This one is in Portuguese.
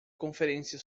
conferência